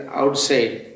outside